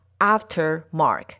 Aftermark